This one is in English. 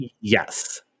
Yes